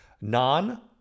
non